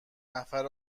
نفر